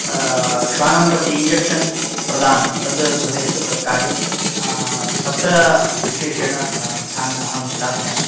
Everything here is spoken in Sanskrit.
श्वानं प्रति इंजेक्शन् प्रदानं तद्भवेद् तत् कार्यं तत्र विशेषणं ध्यानम् अहं दास्यामि